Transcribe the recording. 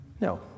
no